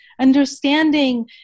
understanding